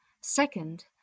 Second